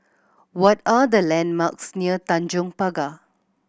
what are the landmarks near Tanjong Pagar